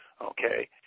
okay